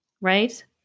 Right